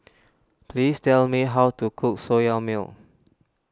please tell me how to cook Soya Milk